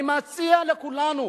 אני מציע לכולנו